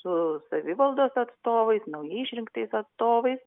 su savivaldos atstovais naujai išrinktais atstovais